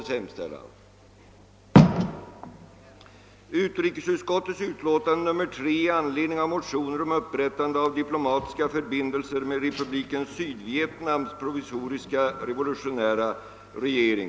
att riksdagen måtte i skrivelse till regeringen begära att denna skulle ta omedelbart initiativ för att upprätta diplomatiska förbindelser med Republiken Sydvietnams provisoriska revolutionära regering.